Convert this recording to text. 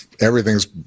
everything's